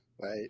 Right